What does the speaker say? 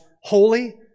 holy